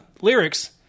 lyrics